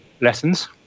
lessons